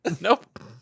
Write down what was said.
Nope